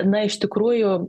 na iš tikrųjų